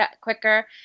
quicker